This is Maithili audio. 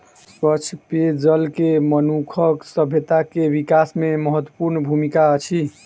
स्वच्छ पेयजल के मनुखक सभ्यता के विकास में महत्वपूर्ण भूमिका अछि